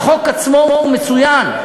החוק עצמו הוא מצוין.